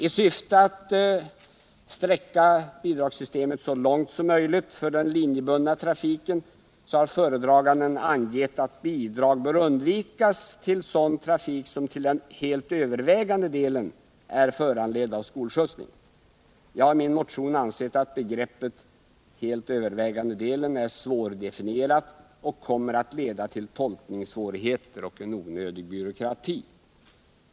I syfte att så långt som möjligt inrikta bidragssystemet på den linjebundna trafiken har föredraganden angivit att bidrag bör undvikas till sådan trafik som till den helt övervägande delen är föranledd av skolskjutsning. Jag har i min motion angivit att begreppet ”helt övervägande delen” är svårdefinierat och kommer att leda till tolkningssvårigheter och en onödig byråkrati.